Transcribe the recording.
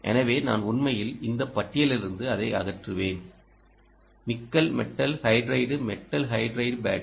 எனவே நான் உண்மையில் இந்த பட்டியலிலிருந்து அதை அகற்றுவேன் nickel metal hydride metal hydride battery